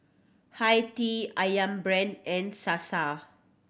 Hi Tea Ayam Brand and Sasa